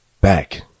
back